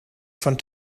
von